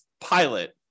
pilot